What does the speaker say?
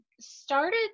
started